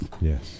Yes